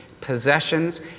possessions